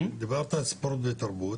דיברת על ספורט ותרבות